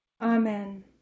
Amen